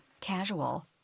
casual